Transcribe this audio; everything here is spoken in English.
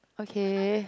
okay